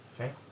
Okay